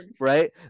right